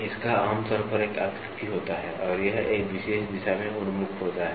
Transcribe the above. इसका आमतौर पर एक आकृति होता है और यह एक विशेष दिशा में उन्मुख होता है